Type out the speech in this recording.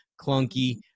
clunky